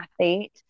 athlete